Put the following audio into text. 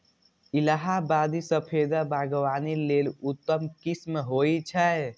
इलाहाबादी सफेदा बागवानी लेल उत्तम किस्म होइ छै